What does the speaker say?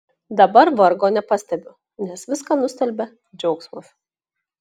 dabar vargo nepastebiu nes viską nustelbia džiaugsmas